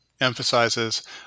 emphasizes